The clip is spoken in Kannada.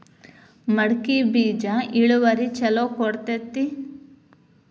ಮಡಕಿ ಬೇಜ ಇಳುವರಿ ಛಲೋ ಕೊಡ್ತೆತಿ?